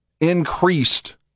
increased